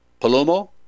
Palomo